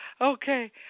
Okay